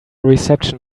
reception